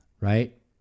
right